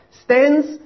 stands